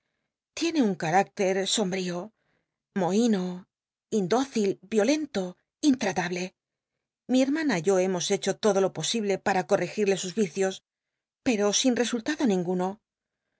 tiene un carácter el sombrío mohíno indócil yiolento intratable ili hermana y yo hemos hecho todo lo posible para corregirle sus vicios pero sin resultado ninguno